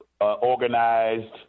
organized